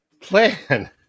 plan